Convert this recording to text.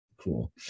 cool